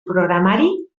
programari